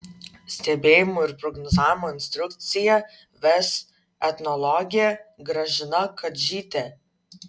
stebėjimų ir prognozavimo instrukciją ves etnologė gražina kadžytė